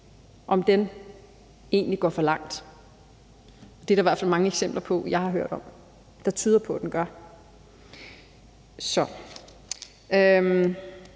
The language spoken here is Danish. nu, egentlig går for langt. Det er der i hvert fald mange eksempler, som jeg har hørt om, der tyder på den gør. Jeg